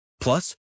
Plus